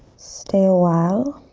stay awhile.